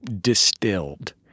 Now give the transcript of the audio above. distilled